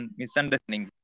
misunderstanding